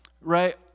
right